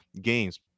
games